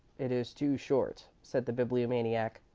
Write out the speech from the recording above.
it is too short, said the bibliomaniac.